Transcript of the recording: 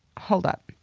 hold up,